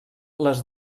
les